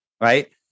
right